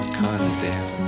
condemn